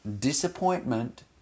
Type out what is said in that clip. disappointment